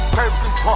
purpose